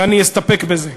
ואני אסתפק בזה.